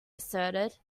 asserted